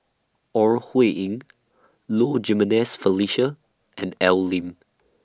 Ore Huiying Low Jimenez Felicia and Al Lim